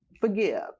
forgive